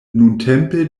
nuntempe